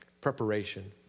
Preparation